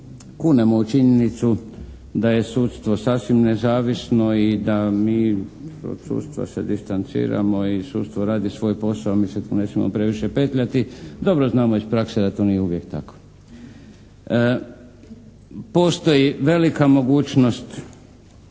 kunemo u činjenicu da je sudstvo sasvim nezavisno i da mi od sudstva se distanciramo i sudstvo radi svoj posao, mi se tu ne smijemo previše petljati, dobro znamo iz prakse da to nije uvijek tako. Postoji velika mogućnost